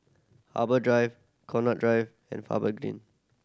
Harbour Drive Connaught Drive and Faber Green